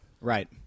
Right